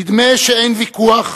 נדמה שאין ויכוח,